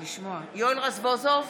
יואל רזבוזוב,